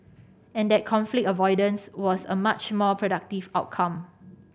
and that conflict avoidance was a much more productive outcome